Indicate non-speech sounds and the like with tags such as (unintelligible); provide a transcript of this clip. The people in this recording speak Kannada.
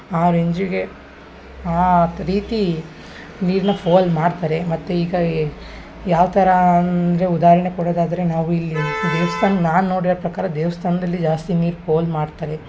ಆ ರೇಂಜಿಗೆ ಆ (unintelligible) ನೀರನ್ನ ಪೋಲ್ ಮಾಡ್ತಾರೆ ಮತ್ತು ಈಗ ಯಾವ ಥರ ಅಂದರೆ ಉದಾಹರಣೆ ಕೊಡೊದಾದ್ರೆ ನಾವು ಇಲ್ಲಿ ದೇವಸ್ಥಾನ ನಾನು ನೋಡಿರೋ ಪ್ರಕಾರ ದೇವಸ್ಥಾನ್ದಲ್ಲಿ ಜಾಸ್ತಿ ನೀರು ಪೋಲು ಮಾಡ್ತಾರೆ